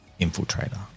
Infiltrator